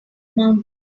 mountain